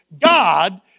God